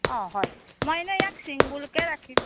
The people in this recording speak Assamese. অঁ হয় মই এনেই ইয়াক ছিংগুলকৈ ৰাখিম